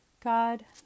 God